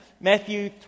Matthew